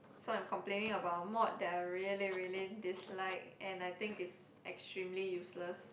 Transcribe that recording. so I'm complaining about a mod that I really really dislike and I think it's extremely useless